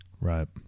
right